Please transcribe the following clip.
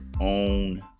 own